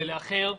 ולאחר אסור.